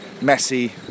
messy